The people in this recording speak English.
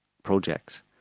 projects